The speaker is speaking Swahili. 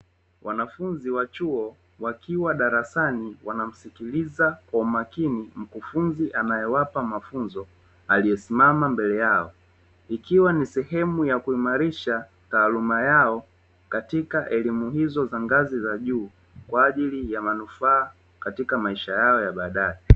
Wanafunzi wa chuo wakiwa darasani wanamsikiliza kwa umakini mkufunzi anayewapa mafunzo aliyesimama mbele yao, ikiwa ni sehemu ya kuimarisha taaluma yao katika elimu hizo za ngazi za juu kwa ajili ya manufaa katika maisha yao ya baadaye.